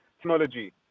technology